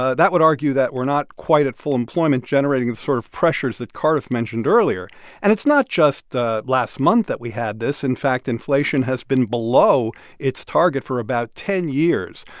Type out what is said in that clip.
ah that would argue that we're not quite at full employment, generating the sort of pressures that cardiff mentioned earlier and it's not just last month that we had this. in fact, inflation has been below its target for about ten years.